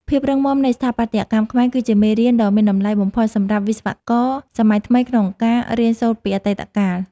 ភាពរឹងមាំនៃស្ថាបត្យកម្មខ្មែរគឺជាមេរៀនដ៏មានតម្លៃបំផុតសម្រាប់វិស្វករសម័យថ្មីក្នុងការរៀនសូត្រពីអតីតកាល។